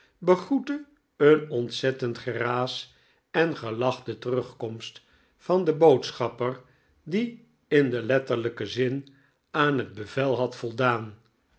begroette een ontzettend geraas en gelach de terugkomst van den boodschapper die in den letterlijken zin aan het bevel had voldaan